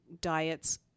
diets